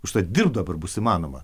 užtat dirbti dabar bus įmanoma